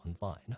online